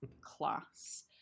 class